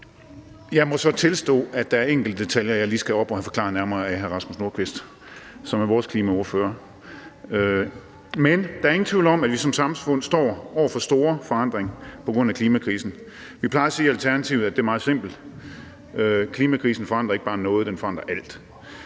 Jeg må så tilstå, at der er enkelte detaljer, jeg lige skal op at have forklaret nærmere af hr. Rasmus Nordqvist, som er vores klimaordfører. Men der er ingen tvivl om, at vi som samfund står over for store forandringer på grund af klimakrisen. I Alternativet plejer vi at sige, at det er meget simpelt: Klimakrisen forandrer ikke bare noget, den forandrer alt.